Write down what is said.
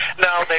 no